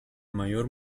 mayor